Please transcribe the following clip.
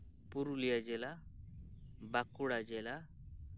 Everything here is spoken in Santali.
ᱯᱩᱨᱩᱞᱤᱭᱟᱹ ᱡᱮᱞᱟ ᱵᱟᱸᱠᱩᱲᱟ ᱡᱮᱞᱟ